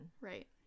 right